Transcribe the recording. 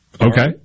Okay